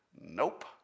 nope